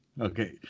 Okay